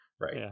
Right